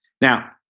now